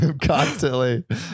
constantly